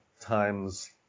times